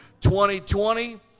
2020